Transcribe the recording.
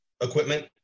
equipment